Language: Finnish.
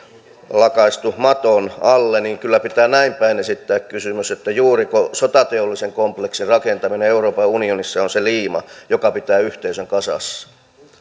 lakaistu maton alle niin kyllä pitää näinpäin esittää kysymys juuriko sotateollisen kompleksin rakentaminen euroopan unionissa on se liima joka pitää yhteisön kasassa